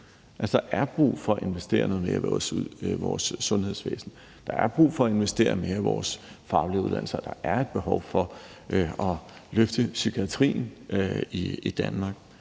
Der er brug for at investere noget mere i vores sundhedsvæsen, der er brug for at investere mere i vores faglige uddannelser, og der er et behov for at løfte psykiatrien i Danmark.